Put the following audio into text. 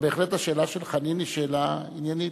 אבל בהחלט השאלה של חנין היא שאלה עניינית.